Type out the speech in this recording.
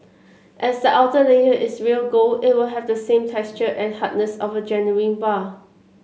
as the outer layer is real gold it will have the same texture and hardness of a genuine bar